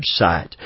website